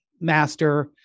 master